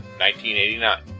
1989